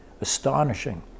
astonishing